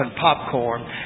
popcorn